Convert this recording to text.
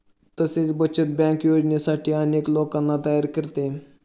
तसेच बचत बँक योजनांसाठी अनेक लोकांना तयार करते